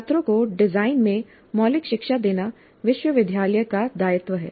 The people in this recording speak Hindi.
छात्रों को डिजाइन में मौलिक शिक्षा देना विश्वविद्यालय का दायित्व है